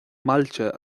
mbailte